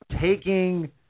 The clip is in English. taking